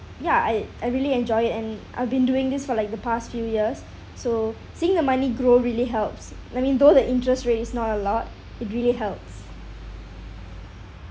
ya I I really enjoy it and I've been doing this for like the past few years so seeing the money grow really helps I mean though the interest rate is not a lot it really helps